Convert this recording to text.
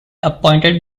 appointed